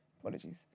apologies